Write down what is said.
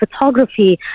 photography